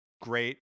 great